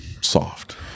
soft